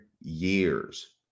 years